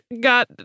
got